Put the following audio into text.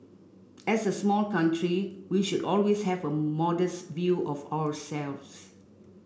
as a small country we should always have a modest view of ourselves